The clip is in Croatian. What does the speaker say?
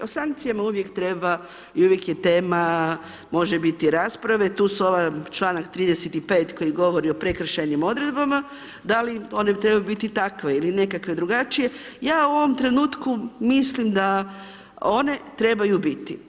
O sankcijama treba i uvijek je tema može biti rasprave tu su ove članak 35. koji govori o prekršajnim odredbama da li one trebaju biti takve ili nekakve drugačije, ja u ovom trenutku mislim da one trebaju biti.